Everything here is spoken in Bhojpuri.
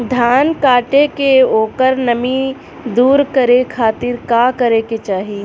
धान कांटेके ओकर नमी दूर करे खाती का करे के चाही?